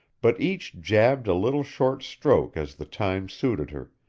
but each jabbed a little short stroke as the time suited her,